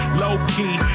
low-key